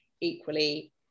equally